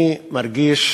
אני מרגיש